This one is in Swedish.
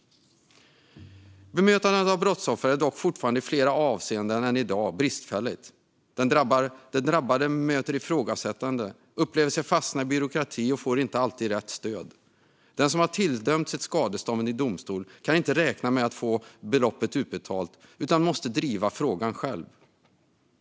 Bemötandet av brottsoffer är dock fortfarande i flera avseenden bristfälligt. Den drabbade möter ifrågasättande, upplever sig fastna i byråkrati och får inte alltid rätt stöd. Den som har tilldömts ett skadestånd i domstol kan inte räkna med att få beloppet utbetalt utan måste driva frågan själv.